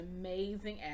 amazing